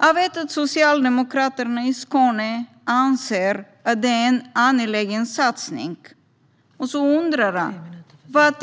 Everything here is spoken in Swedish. Jag vet att Socialdemokraterna i Skåne anser att det är en angelägen satsning. Du undrar vad